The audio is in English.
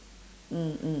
mm mm